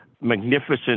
Magnificent